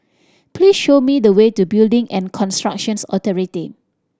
please show me the way to Building and Constructions Authority